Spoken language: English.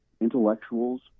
intellectuals